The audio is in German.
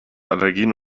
allergien